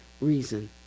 reason